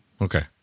Okay